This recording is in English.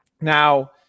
now